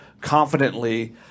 confidently